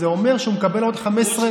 זה אומר שהוא מקבל עוד 15,